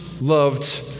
loved